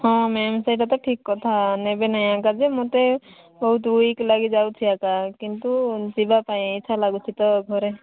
ହଁ ମ୍ୟାମ୍ ସେଇଟା ତ ଠିକ କଥା ନେବେନାଇଁ ଆଂକା ଯେ ମତେ ବହୁତ ଉଇକ୍ ଲାଗିଯାଉଛି ଆକା କିନ୍ତୁ ଯିବାପାଇଁ ଇଚ୍ଛା ଲାଗୁଛିତ ଘରେ